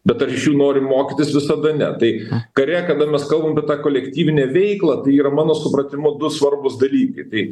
bet ar iš jų nori mokytis visada ne tai kare kada mes kalbam apie tą kolektyvinę veiklą tai yra mano supratimu du svarbūs dalykai tai